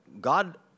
God